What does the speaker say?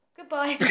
Goodbye